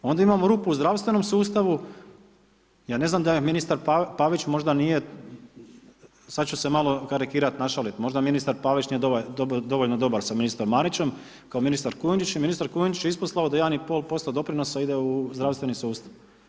Onda imamo rupu u zdravstvenom sustavu, ja ne znam da je ministar Pavić možda nije, sad ću se malo karikirat, našaliti, možda ministar Pavić nije dovoljno dobar sa ministrom Marićem kao ministar Kujundžić jer ministar Kujundžić je isposlovao da 1 i pol posto doprinosa ide u zdravstveni sustav.